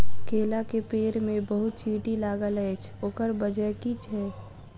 केला केँ पेड़ मे बहुत चींटी लागल अछि, ओकर बजय की छै?